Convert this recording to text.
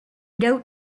doubt